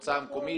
למועצה המקומית,